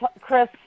Chris